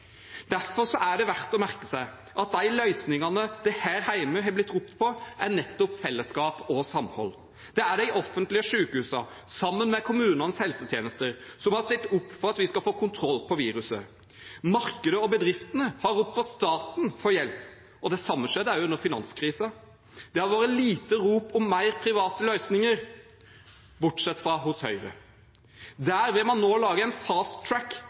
er det verdt å merke seg at de løsningene det her hjemme har blitt ropt på, er nettopp fellesskap og samhold. Det er de offentlige sykehusene, sammen med kommunenes helsetjenester, som har stilt opp for at vi skal få kontroll på viruset. Markedet og bedriftene har ropt på staten for hjelp, og det samme skjedde også under finanskrisen. Det har vært lite rop om mer private løsninger, bortsett fra hos Høyre. Der vil man nå lage en